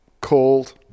called